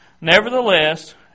nevertheless